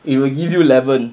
it will give you eleven